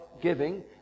giving